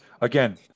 Again